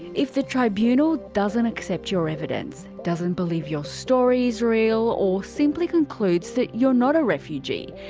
if the tribunal doesn't accept your evidence, doesn't believe your story is real, or simply concludes that you're not a refugee,